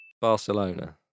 Barcelona